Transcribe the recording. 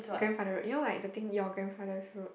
grandfather road you know like the thing your grandfather's road